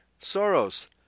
Soros